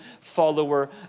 follower